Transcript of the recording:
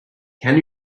can